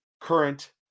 current